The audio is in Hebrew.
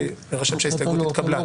ויירשם שההסתייגות התקבלה.